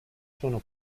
sono